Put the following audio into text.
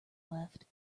left